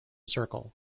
circle